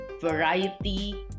variety